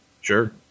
Sure